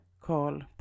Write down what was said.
call